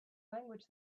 language